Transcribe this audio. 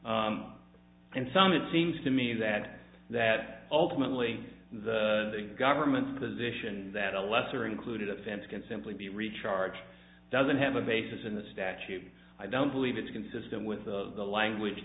and some it seems to me that that ultimately the government's position that a lesser included offense can simply be recharged doesn't have a basis in the statute i don't believe it's consistent with the language